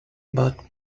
but